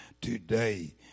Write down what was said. today